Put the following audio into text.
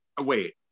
Wait